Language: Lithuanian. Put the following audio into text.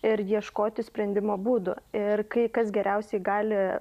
ir ieškoti sprendimo būdų ir kai kas geriausiai gali